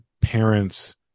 parents